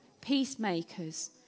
peacemakers